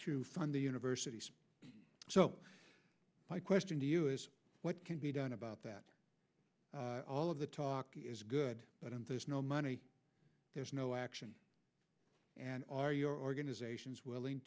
to fund the universities so my question to you is what can be done about that all of the talk is good but and there's no money there's no action and are your organizations willing